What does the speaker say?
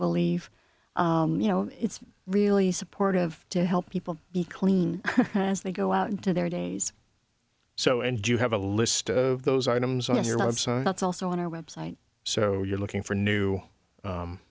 believe you know it's really supportive to help people be clean as they go out to their days so and you have a list of those items on your website that's also on our website so you're looking for new